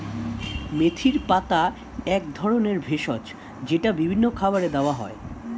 মেথির পাতা এক ধরনের ভেষজ যেটা বিভিন্ন খাবারে দেওয়া হয়